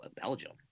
belgium